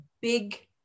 big